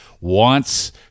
wants